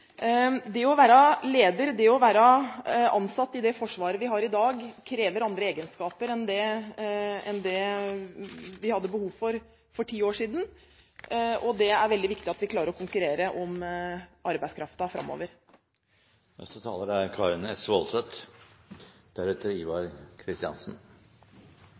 Det å være leder og det å være ansatt i det forsvaret vi har i dag, krever andre egenskaper enn det vi hadde behov for for ti år siden, og det er veldig viktig at vi klarer å konkurrere om arbeidskraften framover.